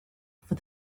for